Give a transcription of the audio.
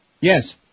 Yes